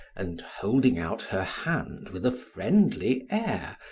and, holding out her hand with a friendly air,